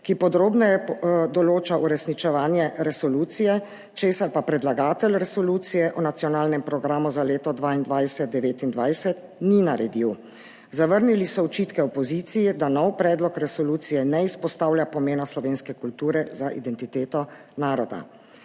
ki podrobneje določa uresničevanje resolucije, česar pa predlagatelj resolucije o nacionalnem programu za leto 2022–2029 ni naredil. Zavrnili so očitke opozicije, da nov predlog resolucije ne izpostavlja pomena slovenske kulture za identiteto naroda.